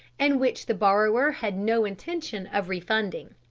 and which the borrower had no intention of refunding.